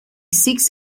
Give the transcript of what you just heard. seeks